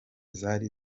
zari